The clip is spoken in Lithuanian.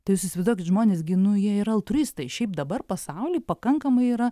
tai jūs įsivaizduokit žmonės gi nu jie yra altruistai šiaip dabar pasauly pakankamai yra